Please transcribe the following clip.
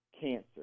cancer